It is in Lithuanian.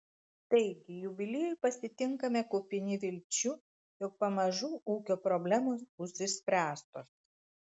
taigi jubiliejų pasitinkame kupini vilčių jog pamažu ūkio problemos bus išspręstos